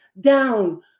down